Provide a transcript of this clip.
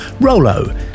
Rolo